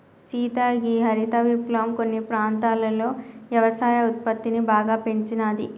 సీత గీ హరిత విప్లవం కొన్ని ప్రాంతాలలో యవసాయ ఉత్పత్తిని బాగా పెంచినాది